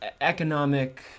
economic